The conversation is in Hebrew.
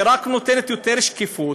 היא רק נותנת יותר שקיפות,